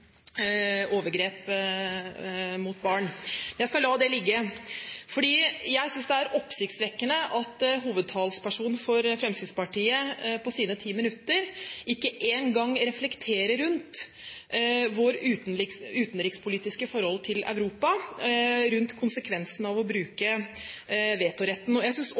overgrep mot barn. Jeg skal la det ligge. Jeg synes det er oppsiktsvekkende at hovedtalspersonen for Fremskrittspartiet på sine ti minutter ikke én gang reflekterer rundt vårt utenrikspolitiske forhold til Europa – rundt konsekvensene av å bruke vetoretten. Jeg